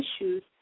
issues